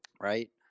right